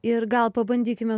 ir gal pabandykime